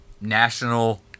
National